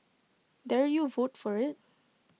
dare you vote for IT